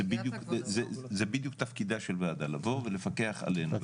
זה בדיוק תפקידה של ועדה לבוא ולפקח עלינו,